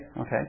Okay